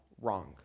wrong